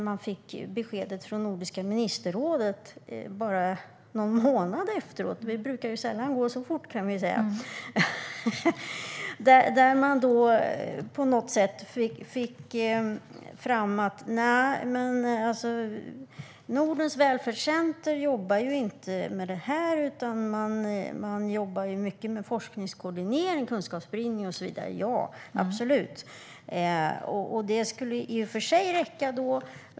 Man fick besked från Nordiska ministerrådet bara någon månad efteråt. Det brukar sällan gå så fort. Det sas att Nordens välfärdscenter inte jobbar med detta, utan man jobbar mycket med forskningskoordinering, kunskapsspridning och så vidare. Så är det absolut. Det skulle i och för sig räcka.